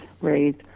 raised